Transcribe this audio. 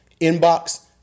Inbox